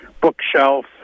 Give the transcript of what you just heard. bookshelf